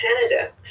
Canada